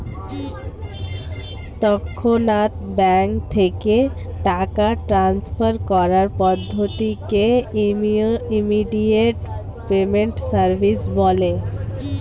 তৎক্ষণাৎ ব্যাঙ্ক থেকে টাকা ট্রান্সফার করার পদ্ধতিকে ইমিডিয়েট পেমেন্ট সার্ভিস বলে